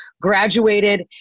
graduated